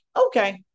okay